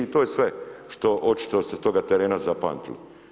I to je sve što očito ste s toga terena zapamtili.